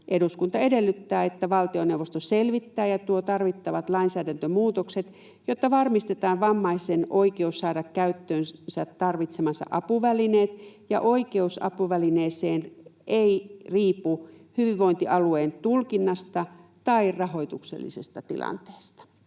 ”Eduskunta edellyttää, että valtioneuvosto selvittää ja tuo tarvittavat lainsäädäntömuutokset, jotta varmistetaan vammaisen oikeus saada käyttöönsä tarvitsemansa apuvälineet ja oikeus apuvälineeseen ei riipu hyvinvointialueen tulkinnasta tai rahoituksellisesta tilanteesta.”